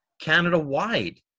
Canada-wide